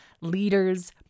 leaders